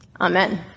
Amen